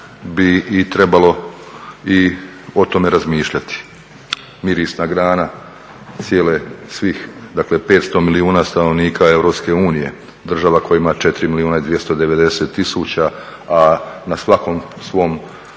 bi i trebalo i o tome razmišljati. Mirisna grana cijele, svih dakle 500 milijuna stanovnika EU, država koja ima 4 milijuna i 290 000, a na svakom svom